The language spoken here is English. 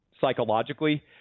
psychologically